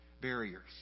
barriers